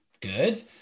Good